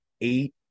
eight